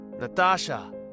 Natasha